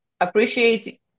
appreciate